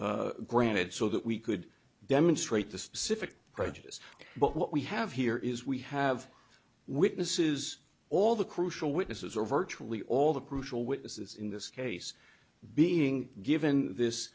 granted so that we could demonstrate the specific prejudice but what we have here is we have witnesses all the crucial witnesses or virtually all the crucial witnesses in this case being given this